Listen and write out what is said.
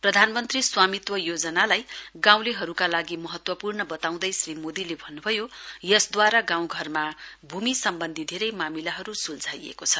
प्रधानमन्त्री स्वामीत्व योजनालाई गाउँलेहरूकालागि महत्वर्पूण बताउँदै श्री मोदीले भन्न्भयो यसद्वारा गाउँघरमा भूमि सम्वन्धी धेरै मामिलाहरू स्ल्झाइएको छ